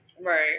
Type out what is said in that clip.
Right